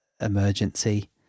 emergency